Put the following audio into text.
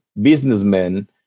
businessmen